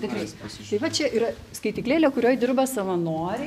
tikrai pasižiūrėti čia yra skaitykla kurioje dirba savanoriai